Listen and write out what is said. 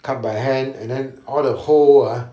cut by hand and then all the hole ah